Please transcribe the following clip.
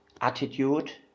attitude